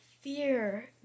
fear